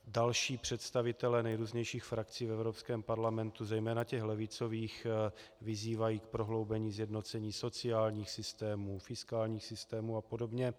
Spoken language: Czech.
Další představitelé nejrůznějších frakcí v Evropském parlamentu, zejména těch levicových, vyzývají k prohloubení sjednocení sociálních systémů, fiskálních systémů apod.